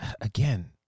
Again